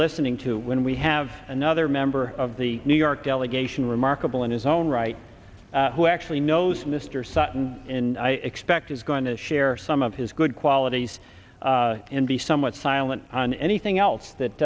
listening to when we have another member of the new york delegation remarkable in his own right who actually knows mr sutton and i expect is going to share some of his good qualities and be somewhat silent on anything else that